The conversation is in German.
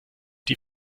die